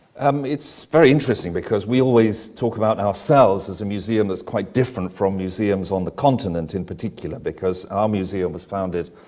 um it's very interesting because we always talk about ourselves as a museum that quite different from museums on the continent, in particular, because our museum was founded,